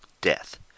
death